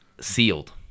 sealed